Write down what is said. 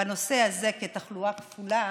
בנושא הזה כתחלואה כפולה,